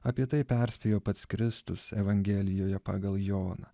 apie tai perspėjo pats kristus evangelijoje pagal joną